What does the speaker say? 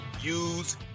use